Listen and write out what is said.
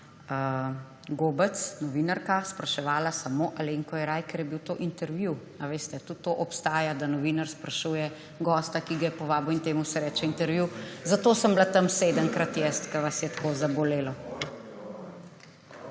Gobec, novinarka, spraševala samo Alenko Jeraj, ker je bil to intervju. Ali veste, tudi to obstaja, da novinar sprašuje gosta, ki ga je povabil, in temu se reče intervju. Zato sem bila tam sedemkrat jaz, ker vas je tako zabolelo.